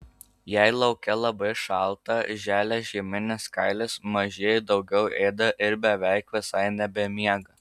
jei lauke labai šalta želia žieminis kailis mažieji daugiau ėda ir beveik visai nebemiega